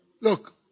Look